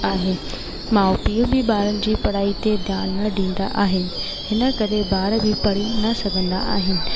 आहे माउ पीउ बि ॿारनि जी पढ़ाई ते ध्यान न ॾींदा आहिनि हिन करे ॿार बि पढ़ी न सघंदा आहिनि